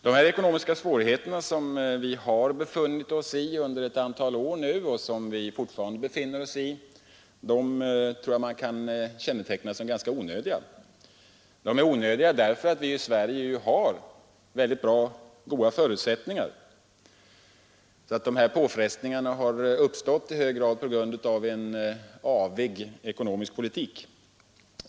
De ekonomiska svårigheter som vi har befunnit oss i under ett antal år och fortfarande befinner oss i kan betecknas som ganska onödiga. Vi har här i Sverige så goda förutsättningar att dessa påfrestningar i mycket hög grad måste anses ha uppstått på grund av en avig ekonomisk politik.